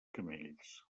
camells